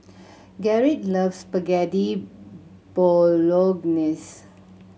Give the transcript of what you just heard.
Garrick loves Spaghetti Bolognese